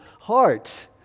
heart